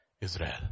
Israel